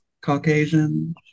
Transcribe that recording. Caucasians